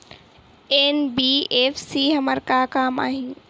NBFC हमर का काम आही?